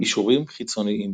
קישורים חיצוניים